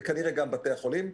וכנראה גם בתי החולים,